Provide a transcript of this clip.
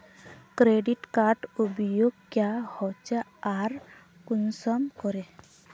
Credit कार्डेर उपयोग क्याँ होचे आर कुंसम करे?